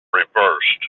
reversed